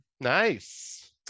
Nice